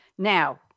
Now